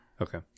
Okay